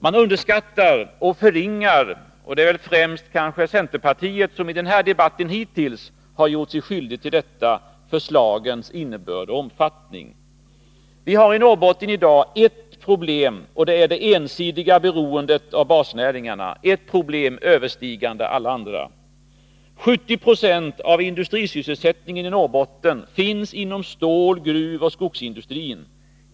Man underskattar och förringar — och det är kanske främst centerpartiet som i denna debatt hittills 73 har gjort sig skyldigt till detta — förslagens innebörd och omfattning. Vi har i Norrbotten i dag ett problem, och det är det ensidiga beroendet av basnäringarna — ett problem överstigande alla andra. 70 96 av industrisysselsättningen i Norrbotten finns inom stål-, gruvoch skogsindustrin.